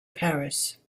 paris